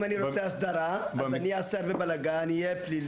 אם אני רוצה הסדרה אני צריך לעשות הרבה בלגן פלילי,